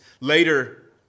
later